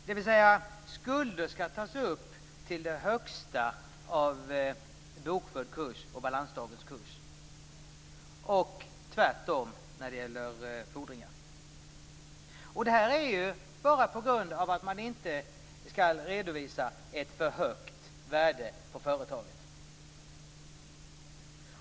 Skulder skall alltså tas upp till den högsta av bokförd kurs och balansdagens kurs, och tvärtom när det gäller fordringar. Så här är det ju på grund av att man inte skall redovisa ett för högt värde på företaget.